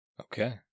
Okay